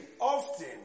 often